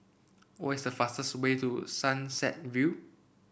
what is the fastest way to Sunset View